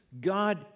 God